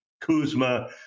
Kuzma